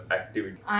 activity